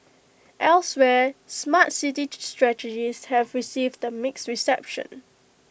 elsewhere Smart City strategies have received A mixed reception